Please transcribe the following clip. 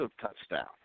touchdown